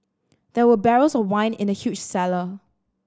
there were barrels of wine in the huge cellar